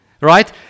right